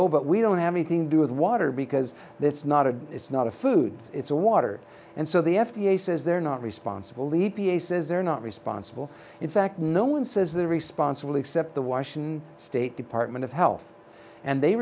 oh but we don't have anything do with water because that's not a it's not a food it's a water and so the f d a says they're not responsible leader says they're not responsible in fact no one says they're responsible except the washington state department of health and they